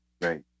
Right